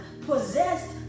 possessed